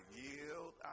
yield